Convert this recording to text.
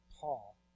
Paul